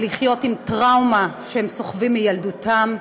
לחיות עם טראומה שהן סוחבות מילדותן,